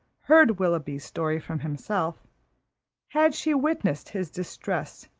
heard willoughby's story from himself had she witnessed his distress,